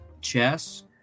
Chess